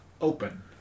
open